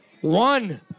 One